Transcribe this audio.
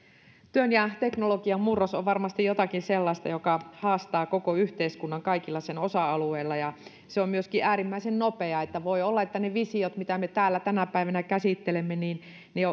työn ja teknologian murros on varmasti jotakin sellaista joka haastaa koko yhteiskunnan kaikilla sen osa alueilla ja se on myöskin äärimmäisen nopea voi olla että ne visiot mitä me täällä tänä päivänä käsittelemme